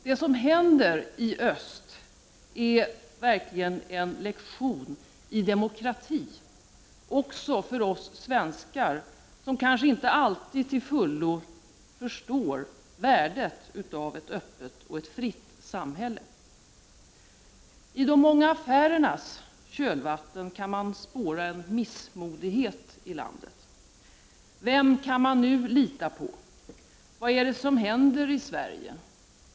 Det som händer i öst är verkligen en lektion i demokrati också för oss svenskar, som kanske inte alltid till fullo förstår värdet av ett öppet och fritt samhälle. I de många affärernas kölvatten kan man spåra en missmodighet i landet. Vem kan man nu lita på? Vad är det som händer i Sverige?